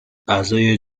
اعضای